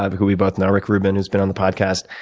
ah who we both know, rick ruben, who's been on the podcast,